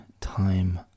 time